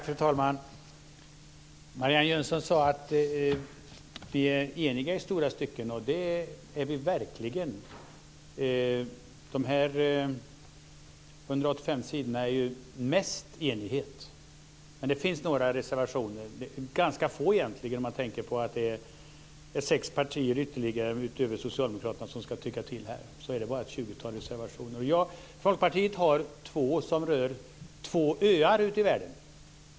Fru talman! Marianne Jönsson sade att vi är eniga i stora stycken, och det är vi verkligen. På de här 185 sidorna är det mest enighet. Det finns bara ett tjugotal reservationer, och det är ganska få om man tänker på att det är sex partier utöver Socialdemokraterna som ska tycka till. Folkpartiet har två reservationer som rör två öar ute i världen.